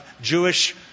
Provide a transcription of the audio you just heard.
Jewish